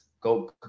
go